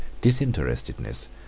disinterestedness